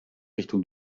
richtung